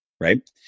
Right